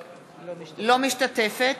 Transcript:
לא משתתפת.